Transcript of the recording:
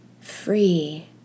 free